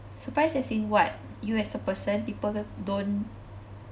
surprise as in what you as a person people don't